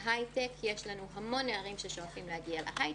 בהייטק יש לנו המון נערים השואפים להגיע להייטק.